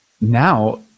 Now